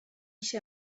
się